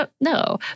no